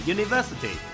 University